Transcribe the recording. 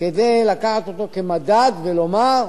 כדי לקחת אותו כמדד ולומר: